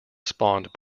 spawned